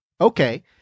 okay